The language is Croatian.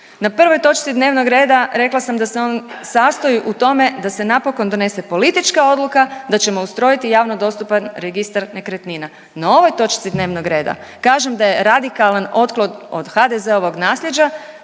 Na prvoj točci dnevnog reda rekla sam da se on sastoji u tome da se napokon donese politička odluka da ćemo ustrojiti javno dostupan registar nekretnina. Na ovoj točci dnevnog reda kažem da je radikalan otklon od HDZ-ovog nasljeđa